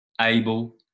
able